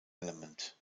element